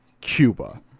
Cuba